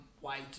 white